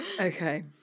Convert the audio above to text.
Okay